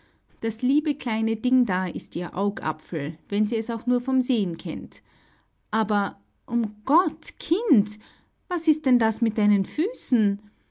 das liebe kleine ding da ist ihr augapfel wenn sie es auch nur vom sehen kennt aber um gott kind was ist denn das mit deinen füßen